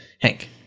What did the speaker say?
Hank